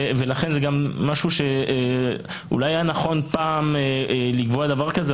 ולכן זה גם משהו שאולי היה נכון פעם לקבוע דבר כזה,